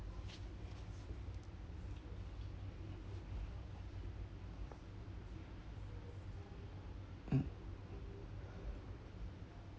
mm